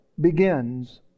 begins